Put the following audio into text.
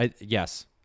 yes